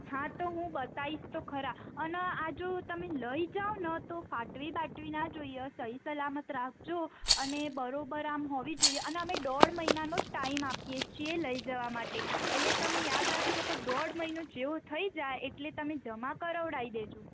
હા તો હું બતાવીશ તો ખરા અને આ જો તમે લઈ જાઉંને તો ફાટવી બાટવીના જોઈએ સહી સલામત રાખજો અને બરોબર આમ હોવી જોઈએ અને અમે દોઢ મહિનાનો જ ટાઇમ આપીએ છીએ લઈ જવા માટે એટલે તમે યાદ રાખજો કે દોઢ મહિનો જેવો થઈ જાય એટલે તમે જમા કરાવડાવી દેજો